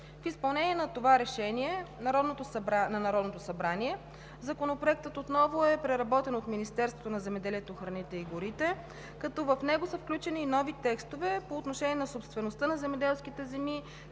В изпълнение на това решение на Народното събрание, Законопроектът отново е преработен от Министерството на земеделието, храните и горите, като в него са включени нови текстове по отношение на собствеността на земеделските земи,